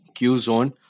Qzone